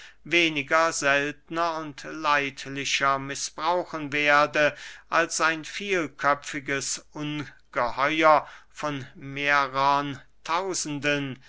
weniger seltner und leidlicher mißbrauchen werde als ein so vielköpfiges ungeheuer von mehrern tausenden